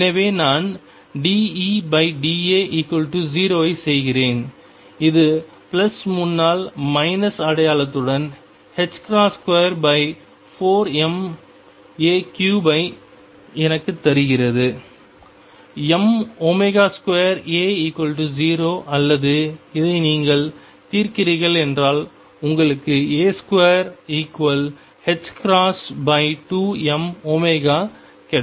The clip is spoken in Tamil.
எனவே நான் dEda0 ஐ செய்கிறேன் இது பிளஸ் முன்னால் மைனஸ் அடையாளத்துடன் 24ma3 ஐ எனக்குத் தருகிறது m2a0 அல்லது இதை நீங்கள் தீர்க்கிறீர்கள் என்றால் உங்களுக்கு a22mω கிடைக்கும்